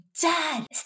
Dad